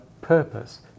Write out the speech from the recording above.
purpose